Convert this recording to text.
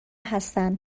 هستن